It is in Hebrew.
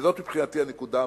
וזו מבחינתי הנקודה המהותית,